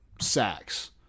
sacks